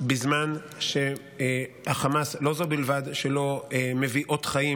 בזמן שחמאס לא זו בלבד שלא מביא אות חיים